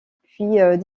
puis